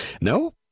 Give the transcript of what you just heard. No